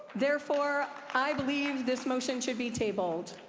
therefore, i believe this motion should be tabled.